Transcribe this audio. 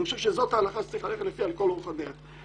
זו ההלכה שצריך ללכת לפיה לכל אורך הדרך.